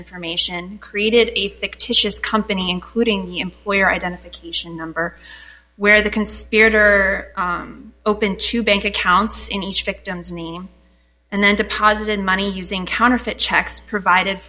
information created a fictitious company including the employer identification number where the conspirator open to bank accounts in each victim's name and then deposited money using counterfeit checks provided